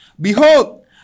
Behold